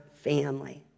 family